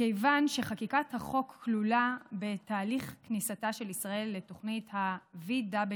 מכיוון שחקיקת החוק כלולה בתהליך כניסתה של ישראל לתוכנית ה-VWP,